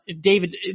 David